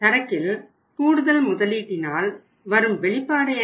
சரக்கில் கூடுதல் முதலீட்டினால் வரும் வெளிப்பாடு என்ன